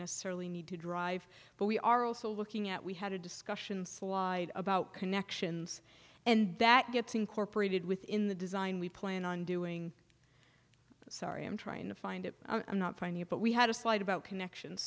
necessarily need to drive but we are also looking at we had a discussion slide about connections and that gets incorporated within the design we plan on doing sorry i'm trying to find it i'm not trying to but we had a slide about connections